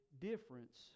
difference